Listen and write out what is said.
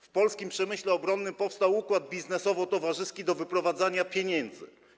W polskim przemyśle obronnym powstał układ biznesowo-towarzyski do wyprowadzania pieniędzy.